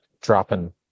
dropping